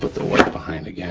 but the white behind yeah